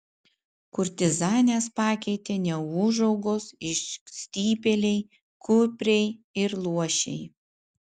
kurtizanes pakeitė neūžaugos išstypėliai kupriai ir luošiai